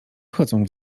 wchodzą